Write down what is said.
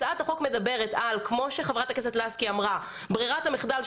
הצעת החוק מדברת על כמו שחברת הכנסת לסקי אמרה - ברירת המחדל,